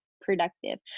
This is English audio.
productive